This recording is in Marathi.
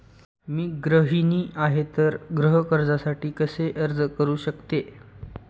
मी गृहिणी आहे तर गृह कर्जासाठी कसे अर्ज करू शकते?